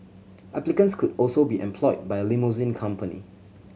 applicants could also be employed by a limousine company